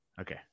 Okay